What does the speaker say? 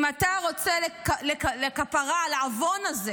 אם אתה רוצה כפרה על העוון הזה